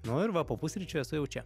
nu ir va po pusryčių esu jau čia